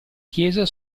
chiesa